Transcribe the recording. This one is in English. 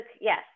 Yes